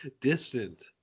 distant